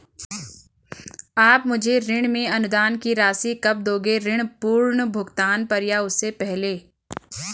आप मुझे ऋण में अनुदान की राशि कब दोगे ऋण पूर्ण भुगतान पर या उससे पहले?